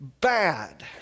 bad